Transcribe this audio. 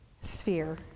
sphere